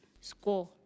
score